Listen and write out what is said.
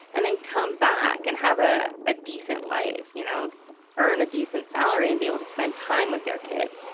and then come back and have ah a decent life, you know earn a decent salary and be able to spend time with their kids?